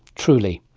truly.